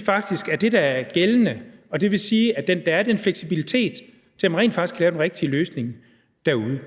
faktisk er det, der er gældende, hvilket vil sige, at der er den fleksibilitet til, at man rent faktisk kan lave den rigtige løsning derude.